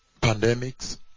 pandemics